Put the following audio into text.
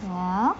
ya no